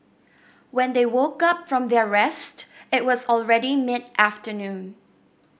when they woke up from their rest it was already mid afternoon